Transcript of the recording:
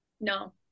No